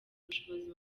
ubushobozi